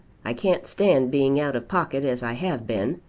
i can't stand being out of pocket as i have been,